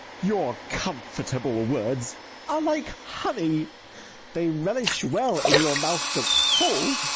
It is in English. your comfortable words are like honey they relish well in your mouth that s whole,